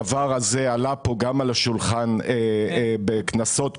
הדבר הזה עלה פה על השולחן גם בכנסות קודמות.